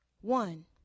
One